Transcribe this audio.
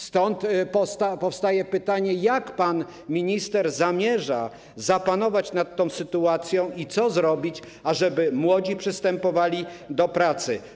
Stąd powstaje pytanie, jak pan minister zamierza zapanować nad tą sytuacją i co zrobić, ażeby młodzi przystępowali do pracy.